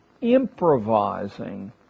Improvising